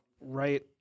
right